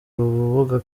rubuga